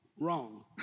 wrong